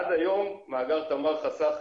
עד היום מאגר תמר חסך,